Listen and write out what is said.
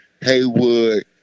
Haywood